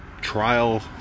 trial